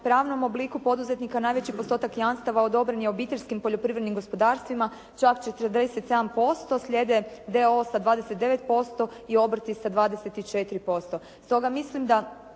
pravnom obliku poduzetnika najveći postotak jamstava odobren je obiteljskim poljoprivrednim gospodarstvima čak 47%. Slijede d.o.o. sa 29% i obrti sa 24%.